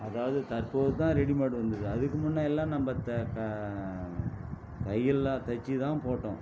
அதாவது தற்போது தான் ரெடிமேட் வந்தது அதுக்கு முன்னெல்லாம் நம்ம த ப தையலெல்லாம் தைச்சி தான் போட்டோம்